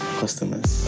customers